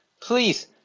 please